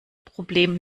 problem